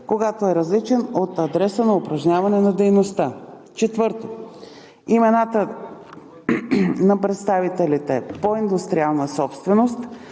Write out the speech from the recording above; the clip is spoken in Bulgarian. когато е различен от адреса на упражняване на дейността; 4. имената на представителите по индустриална собственост,